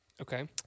Okay